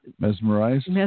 Mesmerized